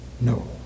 No